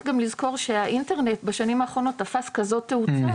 גם לזכור שהאינטרנט בשנים האחרונות תפס כזאת תאוצה,